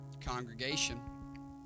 congregation